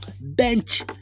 bench